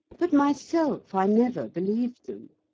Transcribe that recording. but myself i never believed them.